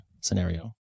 scenario